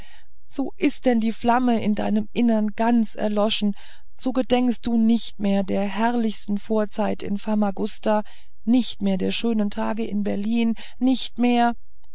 so ist denn die flamme in deinem innern ganz erloschen so gedenkst du nicht mehr der herrlichen vorzeit in famagusta nicht mehr der schönen tage in berlin nicht mehr